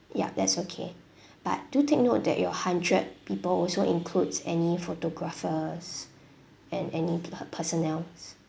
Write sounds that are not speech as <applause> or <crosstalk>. ya that's okay <breath> but do take note that your hundred people also includes any photographers and any personnels